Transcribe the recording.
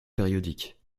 périodiques